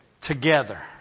together